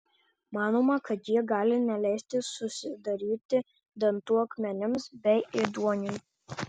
manoma kad ji gali neleisti susidaryti dantų akmenims bei ėduoniui